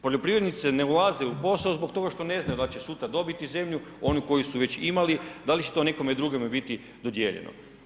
Poljoprivrednici ne ulaze u posao zbog toga što ne znaju da li će sutra dobiti zemlju, oni koji su već imali, da li će to nekome drugome biti dodijeljeno.